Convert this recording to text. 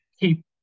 keep